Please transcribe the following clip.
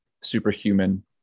superhuman